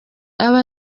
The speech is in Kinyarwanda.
aba